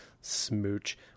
smooch